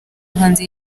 hanze